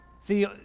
See